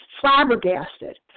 flabbergasted